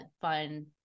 fun